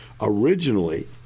originally